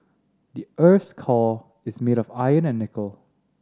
the earth's core is made of iron and nickel